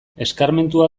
eskarmentua